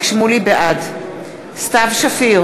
בעד סתיו שפיר,